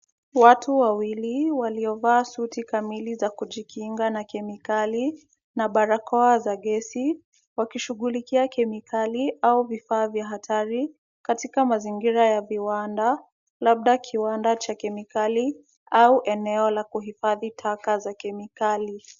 Watu wawili waliovaa suti kamili za kujikinga na kemikali na barakoa za gesi, wakishughulikia kemikali au vifaa vya hatari katika mazingira ya viwanda, labda kiwanda cha kemikali au eneo la kuhifadhi taka za kemikali.